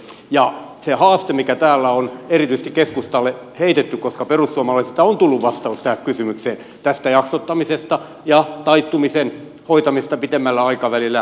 se haaste on täällä erityisesti keskustalle heitetty koska perussuomalaisista on tullut vastaus tähän kysymykseen jaksottamisesta ja taittumisen hoitamisesta pitemmällä aikavälillä keskustalta tätä vastausta ei ole tullut